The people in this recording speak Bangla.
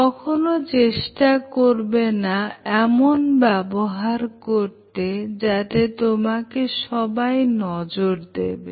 কখনো চেষ্টা করবে না এমন ব্যবহার করতে যাতে তোমাকে সবাই নজর দেবে